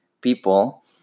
people